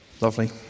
Lovely